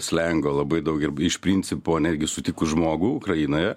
slengo labai daug ir iš principo netgi sutikus žmogų ukrainoje